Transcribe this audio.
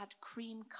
cream